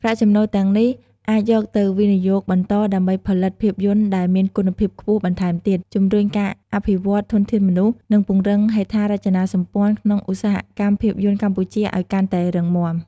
ប្រាក់ចំណូលទាំងនេះអាចយកទៅវិនិយោគបន្តដើម្បីផលិតភាពយន្តដែលមានគុណភាពខ្ពស់បន្ថែមទៀត ជំរុញការអភិវឌ្ឍធនធានមនុស្ស និងពង្រឹងហេដ្ឋារចនាសម្ព័ន្ធក្នុងឧស្សាហកម្មភាពយន្តកម្ពុជាឱ្យកាន់តែរឹងមាំ។